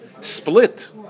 split